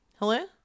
hello